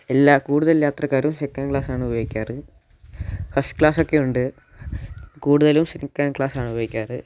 എല്ലാ കൂടുതൽ യാത്രക്കാരും സെക്കൻഡ് ക്ലാസ് ആണ് ഉപയോഗിക്കാറുള്ളത് ഫസ്സ് ക്ലാസ്സൊക്കെ ഉണ്ട് കൂടുതലും സെക്കൻഡ് ക്ലാസ്സാണ് ഉപയോഗിക്കാറുള്ളത്